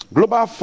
Global